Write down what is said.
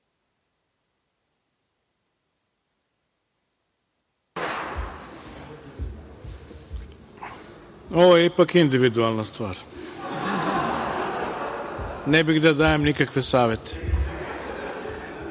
Ovo je ipak individualna stvar. Ne bih da dajem nikakve savete. Reč